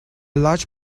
large